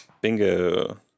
Bingo